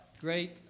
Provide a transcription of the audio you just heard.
great